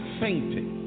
fainted